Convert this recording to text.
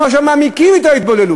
אנחנו עכשיו מעמיקים את ההתבוללות,